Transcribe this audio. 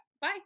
bye